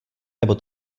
nebo